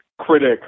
critic